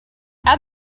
add